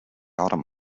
autumn